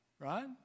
right